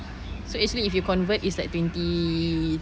so actually if you convert it's like twenty